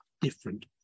different